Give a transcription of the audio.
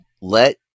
let